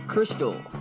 Crystal